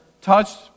touched